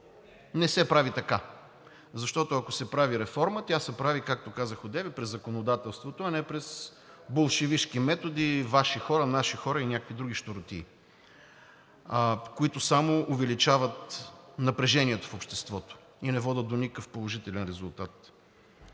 не се прави така, защото, ако се прави реформа, тя се прави, както казах одеве, през законодателството, а не през болшевишки методи, Ваши хора, наши хора и някакви други щуротии, които само увеличават напрежението в обществото и не водят до никакъв положителен резултат.